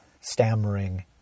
stammering